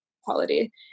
quality